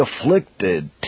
afflicted